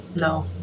No